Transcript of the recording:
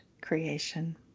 creation